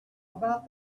about